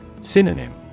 Synonym